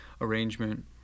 arrangement